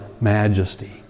majesty